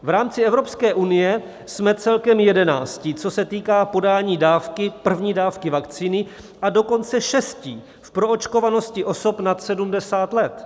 V rámci Evropské unie jsme celkem jedenáctí, co se týká podání první dávky vakcíny, a dokonce šestí v proočkovanosti osob nad 70 let.